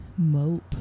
mope